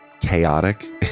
chaotic